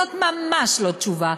זאת ממש לא תשובה,